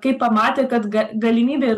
kai pamatė kad galimybė ir